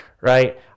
right